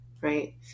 right